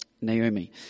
Naomi